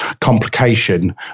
complication